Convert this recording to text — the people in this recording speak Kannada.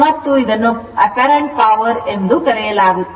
ಮತ್ತು ಇದನ್ನು apparent power ಎಂದೂ ಕರೆಯಲಾಗುತ್ತದೆ